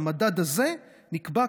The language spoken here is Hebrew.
והמדד הזה נקבע,